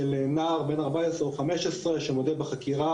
של נער בן 14 או 15 שמודה בחקירה,